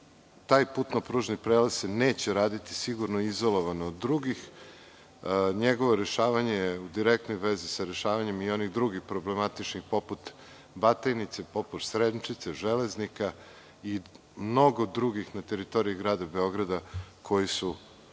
taj putno-pružni prelaz se neće raditi izolovano od drugih. Njegovo rešavanje je u direktnoj vezi sa rešavanjem i onih drugih problematičnih, poput Batajnice, poput Sremčice, Železnika i mnogo drugih na teritoriji Grada Beograda, koji su u